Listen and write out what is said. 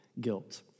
guilt